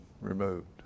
removed